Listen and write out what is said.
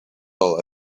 all